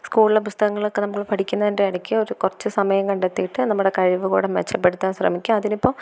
സ്കൂളിലെ പുസ്തകങ്ങളൊക്കെ നമുക്ക് പഠിക്കുന്നതിൻ്റെ ഇടയ്ക്ക് ഒരു കുറച്ച് സമയം കണ്ടെത്തിയിട്ട് നമ്മുടെ കഴിവ് കൂടെ മെച്ചപ്പെടുത്താൻ ശ്രമിക്കണം അതിന് ഇപ്പം